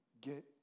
get